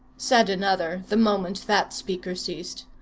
said another, the moment that speaker ceased.